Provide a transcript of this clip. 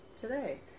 today